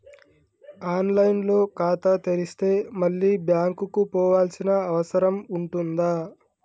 On line లో ఖాతా తెరిస్తే మళ్ళీ బ్యాంకుకు పోవాల్సిన అవసరం ఉంటుందా?